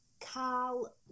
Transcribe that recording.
carl